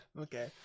Okay